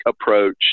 approach